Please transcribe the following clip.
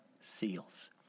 seals